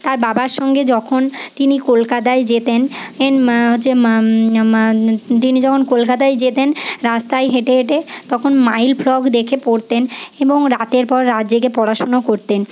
তার বাবার সঙ্গে যখন তিনি কলকাতায় যেতেন হচ্ছে তিনি যখন কলকাতায় যেতেন রাস্তায় হেঁটে হেঁটে তখন মাইল ফলক দেখে পড়তেন এবং রাতের পর রাত জেগে পড়াশুনো করতেন